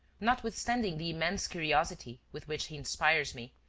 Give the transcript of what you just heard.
notwithstanding the immense curiosity with which he inspires me,